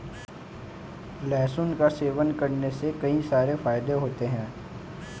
लहसुन का सेवन करने के कई सारे फायदे होते है